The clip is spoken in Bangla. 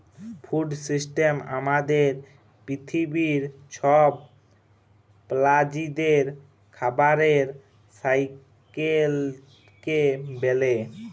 ফুড সিস্টেম আমাদের পিথিবীর ছব প্রালিদের খাবারের সাইকেলকে ব্যলে